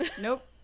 Nope